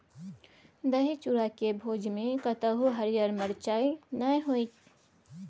दही चूड़ाक भोजमे कतहु हरियर मिरचाइ नै होए